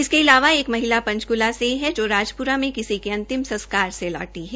इसके इलावा एक महिला पंचक्ला से है जो राजप्रा में किसी के अंतिम संस्कार से लौटी है